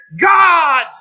God